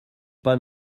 pas